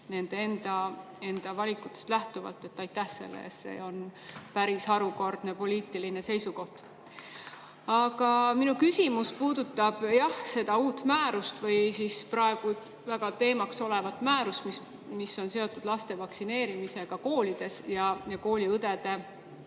enda valikutest lähtuvalt. Aitäh selle eest! See on päris harukordne poliitiline seisukoht. Aga minu küsimus puudutab jah seda uut määrust või siis praegu väga teemaks olevat määrust, mis on seotud laste vaktsineerimisega koolides, ja kooliõdede